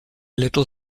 little